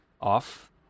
off